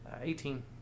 Eighteen